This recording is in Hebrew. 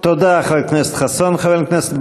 תודה, חבר הכנסת חסון.